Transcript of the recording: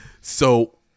So-